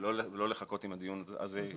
ולא לחכות עם הדיון הזה.